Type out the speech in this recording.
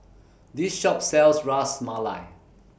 This Shop sells Ras Malai